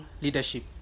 leadership